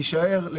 יישאר.